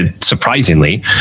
surprisingly